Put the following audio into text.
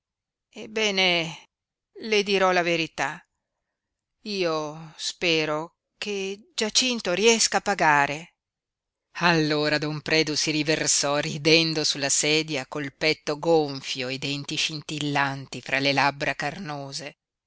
ebbene le dirò la verità io spero che giacinto riesca a pagare allora don predu si riversò ridendo sulla sedia col petto gonfio i denti scintillanti fra le labbra carnose